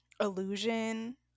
illusion